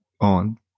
on